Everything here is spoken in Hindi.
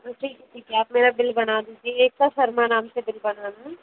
ओके ठीक है आप मेरा बिल बना दीजिए एकता शर्मा नाम से बिल बनाना है